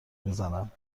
بزنند